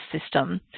system